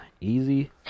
Easy